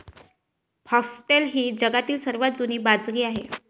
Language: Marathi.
फॉक्सटेल ही जगातील सर्वात जुनी बाजरी आहे